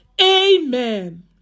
amen